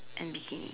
and bikini